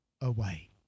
away